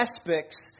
aspects